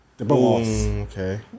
Okay